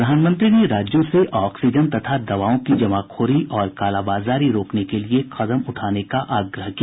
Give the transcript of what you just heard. प्रधानमंत्री ने राज्यों से ऑक्सीजन तथा दवाओं की जमाखोरी और कालाबाजारी रोकने के लिए कदम उठाने का आग्रह किया